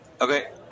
Okay